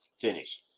finish